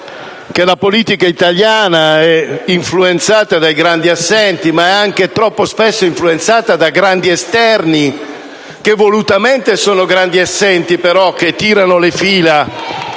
la politica italiana sono influenzati dai grandi assenti, ma sono anche troppo spesso influenzati da grandi esterni, che volutamente sono grandi assenti che però tirano le fila